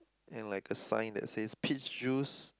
and like a sign that says peach juice